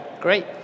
Great